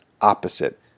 opposite